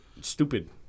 stupid